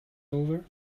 over